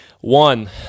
One